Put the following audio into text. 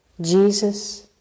Jesus